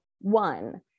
One